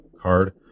card